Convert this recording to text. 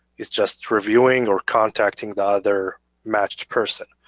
it's just reviewing or contacting the other matched person.